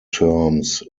terms